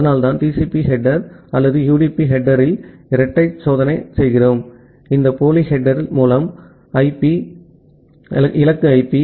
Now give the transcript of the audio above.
அதனால்தான் TCP தலைப்பு அல்லது யுடிபி ஹெட்டெர்ல் இரட்டை சோதனை செய்கிறோம் இந்த போலி ஹெட்டெர் மூல ஐபி இலக்கு ஐபி